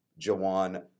Jawan